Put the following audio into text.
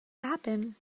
happen